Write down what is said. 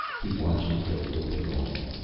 he watched it go loping off.